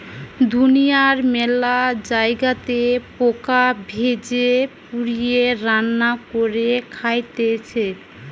দুনিয়ার মেলা জায়গাতে পোকা ভেজে, পুড়িয়ে, রান্না করে খাইতেছে